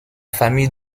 famille